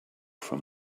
from